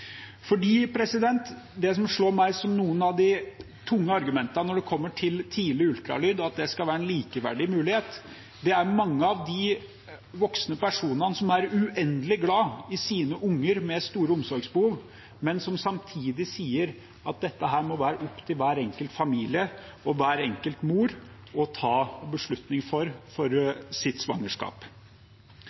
Det som slår meg som et av de tunge argumentene for at tidlig ultralyd skal være en likeverdig mulighet, er at mange av de voksne personene som er uendelig glad i sine unger med store omsorgsbehov, samtidig sier at dette må det være opp til hver enkelt familie og hver enkelt mor å ta en beslutning om for sitt svangerskap.